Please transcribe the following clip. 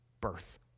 birth